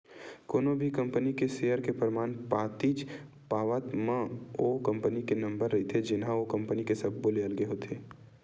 कोनो भी कंपनी के सेयर के परमान पातीच पावत म ओ कंपनी के नंबर रहिथे जेनहा ओ कंपनी के सब्बो ले अलगे होथे